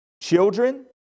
children